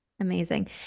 Amazing